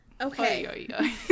okay